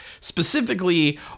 Specifically